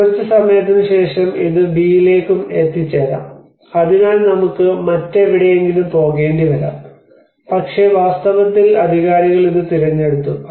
കുറച്ച് സമയത്തിന് ശേഷം ഇത് ബിയിലേക്കും എത്തിച്ചേരാം അതിനാൽ നമുക്ക് മറ്റെവിടെയെങ്കിലും പോകേണ്ടിവരാം പക്ഷേ വാസ്തവത്തിൽ അധികാരികൾ ഇത് തിരഞ്ഞെടുത്തു